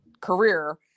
career